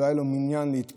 לא היה לו מניין להתפלל.